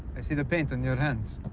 i see the paint on your hands.